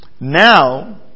now